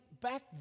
back